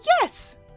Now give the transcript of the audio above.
Yes